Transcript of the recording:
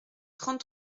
trente